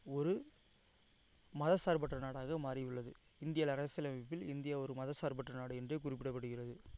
ஒரு மதசார்பற்ற நாடாக மாறி உள்ளது இந்திய அரசியலமைப்பில் இந்தியா ஒரு மதசார்பற்ற நாடு என்று குறிப்பிடப்படுகிறது